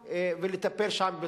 שברגע האחרון הבינו שהם עשו טעות,